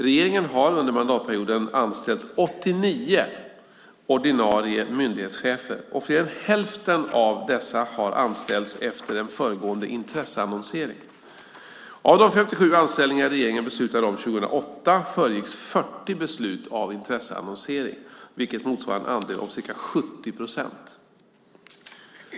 Regeringen har under mandatperioden anställt 89 ordinarie myndighetschefer, och fler än hälften av dessa har anställts efter en föregående intresseannonsering. Av de 57 anställningar regeringen beslutade om 2008 föregicks 40 beslut av en intresseannonsering, vilket motsvarar en andel om ca 70 procent.